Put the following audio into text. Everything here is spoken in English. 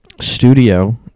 Studio